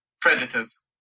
Predators